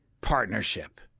partnership